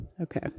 Okay